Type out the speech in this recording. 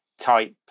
type